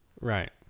Right